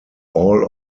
all